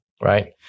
right